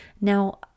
Now